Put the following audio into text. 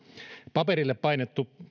paperille painettu